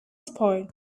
spoil